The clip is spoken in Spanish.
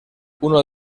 uno